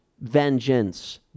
vengeance